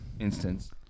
instance